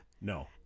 No